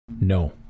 No